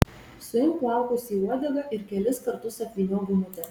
suimk plaukus į uodegą ir kelis kartus apvyniok gumute